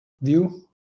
view